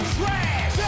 trash